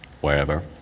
wherever